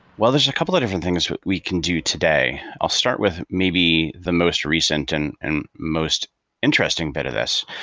well, there's a couple of different things we can do today. i'll start with maybe the most recent and and most interesting bit of this,